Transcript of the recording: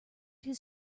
his